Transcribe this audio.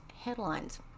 headlines